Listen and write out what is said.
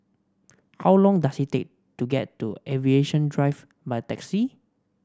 how long does it take to get to Aviation Drive by taxi